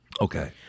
Okay